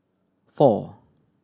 four